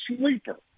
Sleeper